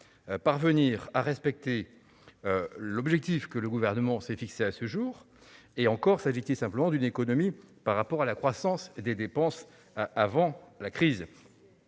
parvenir à respecter l'objectif que le Gouvernement s'est fixé à ce jour- et encore ne s'agit-il que d'une économie par rapport à la croissance des dépenses avant-crise